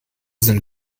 sind